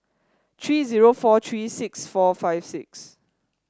three zero four three six four five six